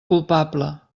culpable